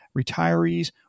retirees